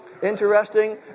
Interesting